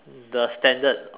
the standard